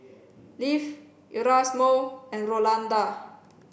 Leif Erasmo and Rolanda